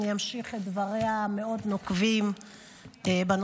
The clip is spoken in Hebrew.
אני אמשיך את דבריה המאוד-נוקבים בנושא.